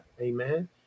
Amen